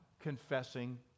confessing